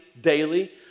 daily